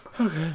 Okay